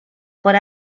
por